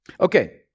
Okay